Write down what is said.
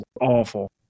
awful